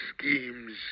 schemes